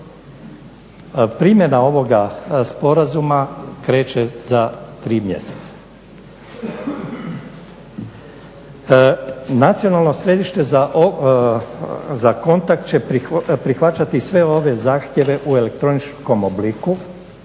Primjena ovog sporazuma kreće za tri mjeseca. Nacionalno središte za kontakt će prihvaćate sve ove zahtjeve u elektroničnom obliku,